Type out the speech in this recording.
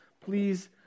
please